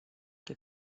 que